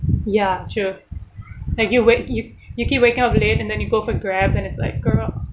ya true like you wake you you keep waking up late and then you go for grab then it's like girl